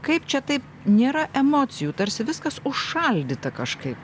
kaip čia taip nėra emocijų tarsi viskas užšaldyta kažkaip